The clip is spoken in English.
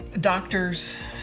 doctors